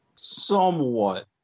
somewhat